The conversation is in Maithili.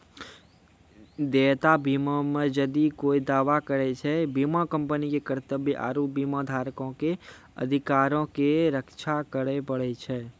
देयता बीमा मे जदि कोय दावा करै छै, बीमा कंपनी के कर्तव्य आरु बीमाधारको के अधिकारो के रक्षा करै पड़ै छै